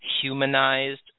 humanized